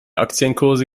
aktienkurse